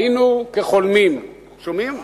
היינו כחולמים, הצרה היא,